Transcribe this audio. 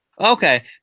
Okay